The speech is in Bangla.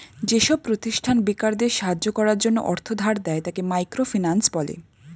যেসব প্রতিষ্ঠান বেকারদের সাহায্য করার জন্য অর্থ ধার দেয়, তাকে মাইক্রো ফিন্যান্স বলে